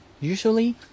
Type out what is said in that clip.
usually